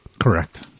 Correct